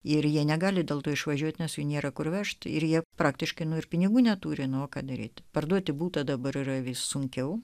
ir jie negali dėl to išvažiuoti nes jų nėra kur vežti ir jie praktiškai nori pinigų neturi nuo kad derėtų parduoti butą dabar yra vis sunkiau